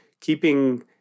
keeping